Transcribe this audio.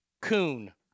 Coon